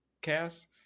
Cast